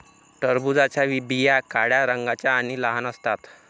टरबूजाच्या बिया काळ्या रंगाच्या आणि लहान असतात